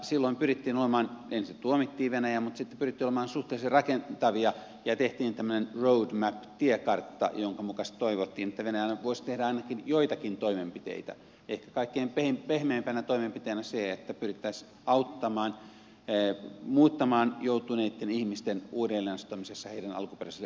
silloin ensin tuomittiin venäjä mutta sitten pyrittiin olemaan suhteellisen rakentavia ja tehtiin tämmöinen road map tiekartta jonka mukaisesti toivottiin että venäjä voisi tehdä ainakin joitakin toimenpiteitä ehkä kaikkein pehmeimpänä toimenpiteenä sen että pyrittäisiin auttamaan muuttamaan joutuneitten ihmisten uudelleen asuttamisessa näiden alkuperäisille asuinseuduille